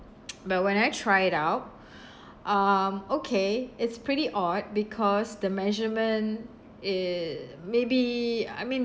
but when I try it out um okay it's pretty odd because the measurement eh maybe I mean